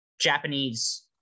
japanese